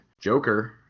Joker